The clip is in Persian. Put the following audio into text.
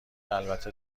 البته